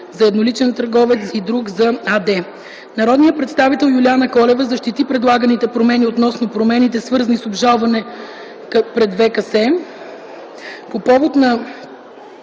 има един праг за ЕТ и АД. Народният представител Юлиана Колева защити предлаганите промени относно промените, свързани с обжалването пред ВКС.